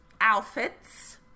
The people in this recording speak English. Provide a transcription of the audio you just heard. outfits